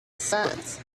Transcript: sands